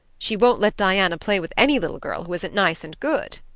she won't let diana play with any little girl who isn't nice and good.